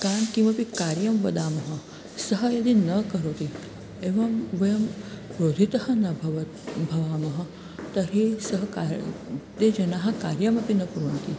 तान् किमपि कार्यं वदामः सः यदि न करोति एवं वयं क्रोधिताः न भवत् भवामः तर्हि सः कार् ते जनाः कार्यमपि न कुर्वन्ति